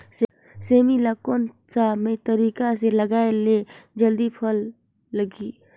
सेमी ला कोन सा तरीका से लगाय ले जल्दी फल लगही?